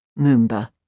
Moomba